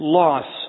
loss